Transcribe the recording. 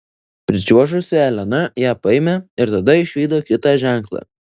pričiuožusi elena ją paėmė ir tada išvydo kitą ženklą